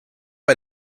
bei